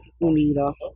unidos